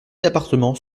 appartements